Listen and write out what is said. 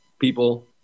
people